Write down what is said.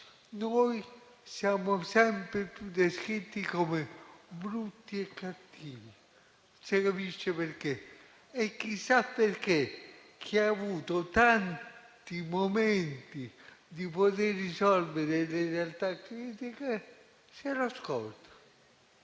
Noi siamo sempre più descritti come brutti e cattivi, non si capisce perché. E, chissà perché, chi ha avuto tanti momenti per poter risolvere le realtà critiche, sembra